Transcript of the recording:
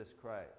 Christ